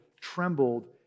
trembled